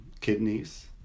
kidneys